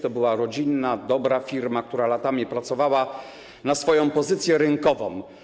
To była rodzinna, dobra firma, która latami pracowała na swoją pozycję rynkową.